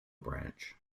branch